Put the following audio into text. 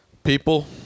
people